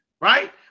right